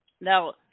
now